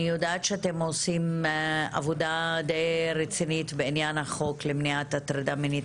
אני יודעת שאתם עושים עבודה די רצינית בעניין החוק למניעת הטרדה מינית.